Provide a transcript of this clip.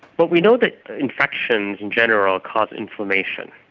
but we know that infections in general cause inflammation,